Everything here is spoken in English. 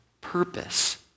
purpose